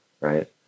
right